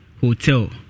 Hotel